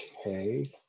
Okay